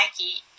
nike